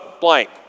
blank